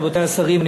רבותי השרים,